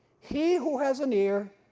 he who has an ear,